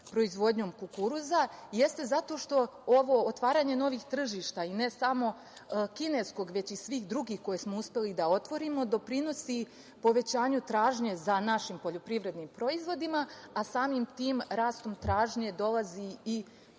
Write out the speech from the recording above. proizvodnjom kukuruza, jeste zato što otvaranje novih tržišta, i ne samo kineskog, već i svih drugih koje smo uspeli da otvorimo doprinosi povećanju tražnje za našim poljoprivrednim proizvodima, a samim tim rastom tražnje dolazi i